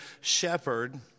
shepherd